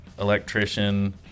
electrician